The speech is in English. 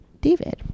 David